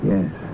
Yes